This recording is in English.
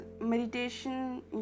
meditation